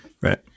right